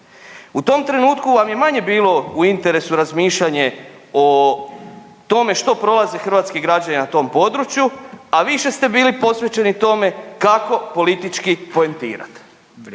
U tom trenutku vam je manje bilo u interesu razmišljanje o tome što prolaze hrvatski građani na tom području, a više ste bili posvećeni tome kako politički poentirat.